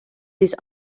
these